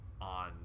on